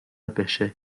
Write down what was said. بشه